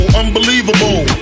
unbelievable